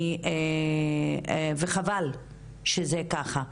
וחבל שזה ככה.